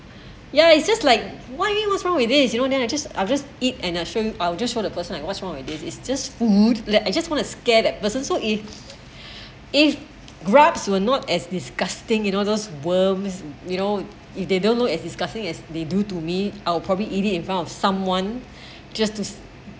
ya it's just like why what's wrong with this you know and then I just I just eat and I sure I will just want to show person like what's wrong with this is just food like I just want to scare that person so if if grabs you were not as disgusting you know those worms you know if they don't look as disgusting as they do to me I'll probably eat it in front of someone just to